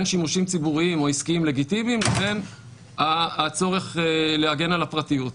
שימושים ציבוריים או עסקיים לגיטימיים לבין הצורך להגן על הפרטיות,